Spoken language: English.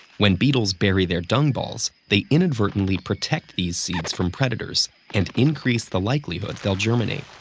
when beetles bury their dung balls, they inadvertently protect these seeds from predators and increase the likelihood they'll germinate.